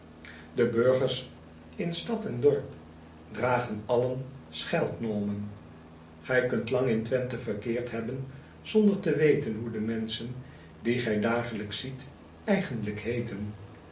potlood eel in stad en dorp dragen allen scheldnaomen ij kunt lang in wenthe verkeerd hebben zonder te weten hoe de menschen die gij dagelijks ziet eigenlijk heeten